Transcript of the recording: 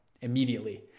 immediately